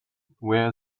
where